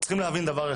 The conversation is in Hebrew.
צריך להבין דבר אחד,